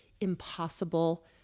impossible